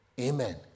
Amen